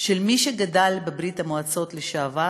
של מי שגדל בברית המועצות לשעבר